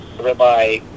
Rabbi